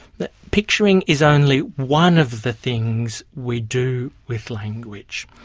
that picturing is only one of the things we do with language.